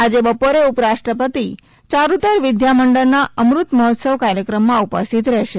આજે બપોરે ઉપરાષ્ટ્રપતિ ચારૃતર વિદ્યામંડળના અમૃત મહોત્સવ કાર્યક્રમમા ઉપસ્થિત રહેશે